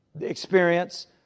experience